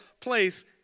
place